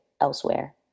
elsewhere